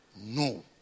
No